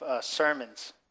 sermons